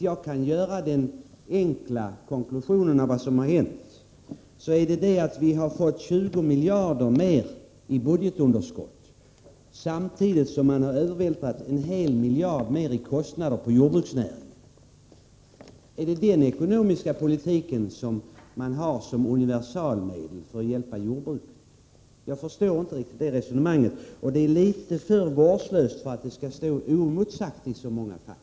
Jag vill göra en enkel konklusion och säga att vad som har hänt är att budgetunderskottet har ökat med 20 miljarder kronor samtidigt som man har övervältrat en hel miljard mer i kostnader på jordbruksnäringen. Är det denna ekonomiska politik som man har såsom universalmedel för att hjälpa jordbruket? Jag förstår inte riktigt detta resonemang. Det är för vårdslöst för att få stå oemotsagt i så många fall.